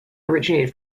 originated